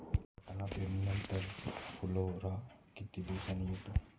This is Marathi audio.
वाटाणा पेरणी नंतर फुलोरा किती दिवसांनी येतो?